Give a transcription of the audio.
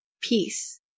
Peace